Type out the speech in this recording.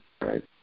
Right